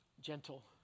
gentle